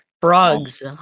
frogs